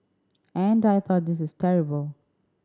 and I thought this is terrible